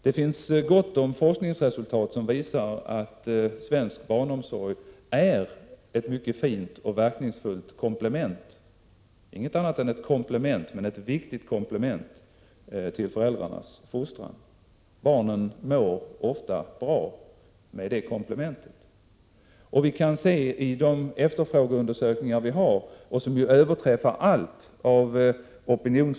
Det finns gott om forskningsresultat som visar att svensk barnomsorg är ett mycket fint och verkningsfullt komplement. Det är inget annat än ett komplement, men det är ett viktigt komplement till föräldrarnas fostran av barnen. Genom det komplementet mår barnen ofta bra. De efterfrågeundersökningar som görs härvidlag avser 100 000 föräldrar.